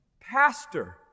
Pastor